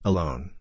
Alone